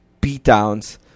beatdowns